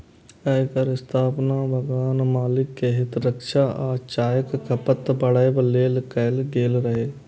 एकर स्थापना बगान मालिक के हित रक्षा आ चायक खपत बढ़ाबै लेल कैल गेल रहै